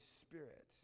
Spirit